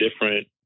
different